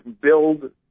build